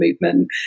movement